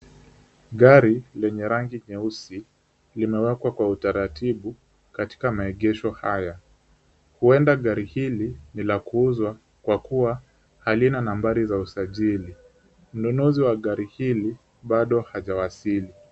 Gari lenye rangi nyeusi limewekwa kwa utaratibu katika maegesho haya. Huenda gari hili ni la kuuzwa kwa kuwa halina nambari za usajili. Mnunuzi wa gari hili bado hajawasili.